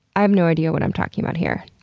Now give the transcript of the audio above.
i have no idea what i'm talking about here.